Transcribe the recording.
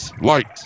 light